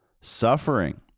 suffering